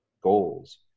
goals